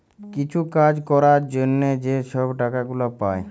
কিছু কাজ ক্যরার জ্যনহে যে ছব টাকা গুলা পায়